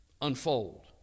unfold